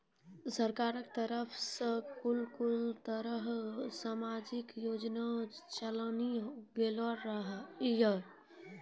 सरकारक तरफ सॅ कून कून तरहक समाजिक योजना चलेली गेलै ये?